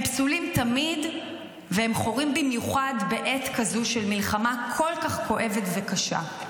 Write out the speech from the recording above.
הם פסולים תמיד והם חורים במיוחד בעת כזו של מלחמה כל כך כואבת וקשה.